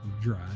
Dry